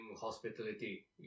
hospitality